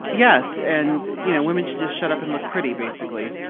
yes. and, you know, women should just shut up and look pretty basically,